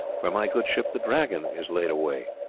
where my good ship the dragon is laid away.